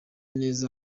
neza